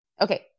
Okay